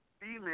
female